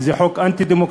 זה חוק אנטי-דמוקרטי,